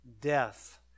death